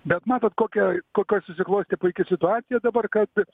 bet matot kokia kokia susiklostė puiki situacija dabar kad